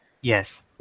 Yes